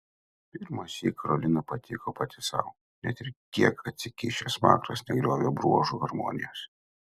pirmą sykį karolina patiko pati sau net ir kiek atsikišęs smakras negriovė bruožų harmonijos